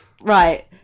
Right